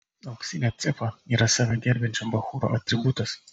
auksinė cepa yra save gerbiančio bachūro atributas